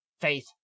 faith